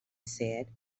said